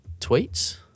tweets